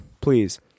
please